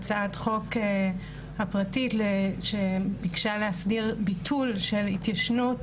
ההצעת חוק הפרטית שביקשה להסדיר ביטול של התיישנות